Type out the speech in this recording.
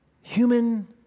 human